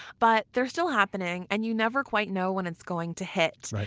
but they're still happening and you never quite know when it's going to hit.